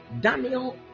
Daniel